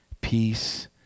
peace